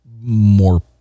more